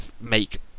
make